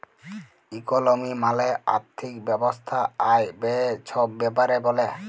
ইকলমি মালে আথ্থিক ব্যবস্থা আয়, ব্যায়ে ছব ব্যাপারে ব্যলে